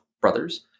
brothers